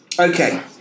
Okay